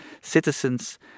citizens